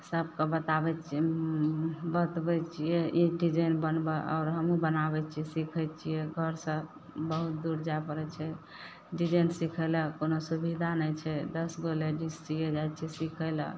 सबके बताबय छियै बतबय छियै ई डिजाइन बनबऽ आओर हमहुँ बनाबय छियै सीखय छियै घरसँ बहुत दूर जाय पड़य छै डिजाइन सीखय लए कोनो सुविधा नहि छै दस गो लेडीज सीयै जाइ छै सीखय लए